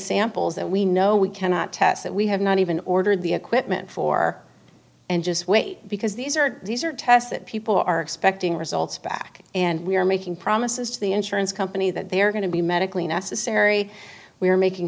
samples that we know we cannot test that we have not even ordered the equipment for and just wait because these are these are tests that people are expecting results back and we are making promises to the insurance company that they are going to be medically necessary we are making